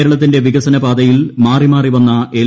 കേരളത്തിന്റെ വികസനപാതയിൽ മാറി മാറി വന്ന എൽ